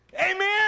Amen